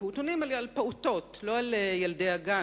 על פעוטות, לא על ילדי הגן.